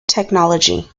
technology